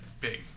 big